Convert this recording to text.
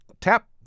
Tap